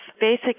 basic